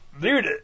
dude